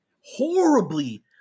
horribly